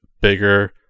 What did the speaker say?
bigger